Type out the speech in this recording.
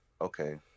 okay